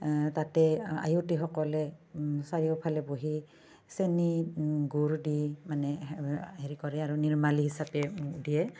তাতে আয়তীসকলে চাৰিওফালে বহি চেনি গুৰ দি মানে হেৰি কৰে আৰু নিৰ্মালি হিচাপে দিয়ে